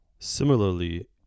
Similarly